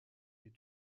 est